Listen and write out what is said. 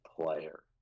player